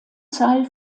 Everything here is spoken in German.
zahl